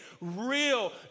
real